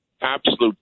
absolute